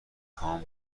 خوام